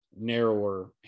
narrower